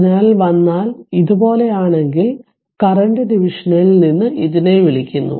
അതിനാൽ വന്നാൽ ഇതുപോലെയാണെങ്കിൽ കറന്റ് ഡിവിഷനിൽ നിന്ന് ഇതിനെ വിളിക്കുന്നു